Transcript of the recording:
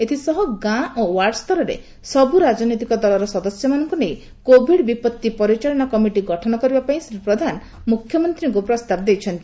ଏଥିସହ ଗାଁ ଓ ୱାର୍ଡସ୍ତରରେ ସବୁ ରାଜନୈତିକ ଦଳର ସଦସ୍ୟମାନଙ୍କୁ ନେଇ କୋଭିଡ ବିପତ୍ତି ପରିଚାଳନା କମିଟି ଗଠନ କରିବା ପାଇଁ ଶ୍ରୀ ପ୍ରଧାନ ମୁଖ୍ୟମନ୍ତ୍ରୀଙ୍କୁ ପ୍ରସ୍ତାବ ଦେଇଛନ୍ତି